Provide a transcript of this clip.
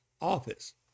office